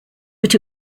but